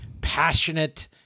passionate